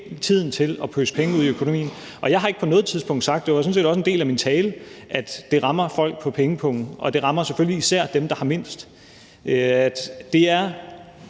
tiden til at pøse penge ud i økonomien. Jeg har ikke på noget tidspunkt sagt – det var sådan set også en del af min tale – at det ikke rammer folk på pengepungen. Det rammer selvfølgelig især dem, der har mindst. Det er